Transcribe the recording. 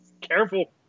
Careful